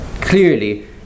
Clearly